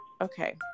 Okay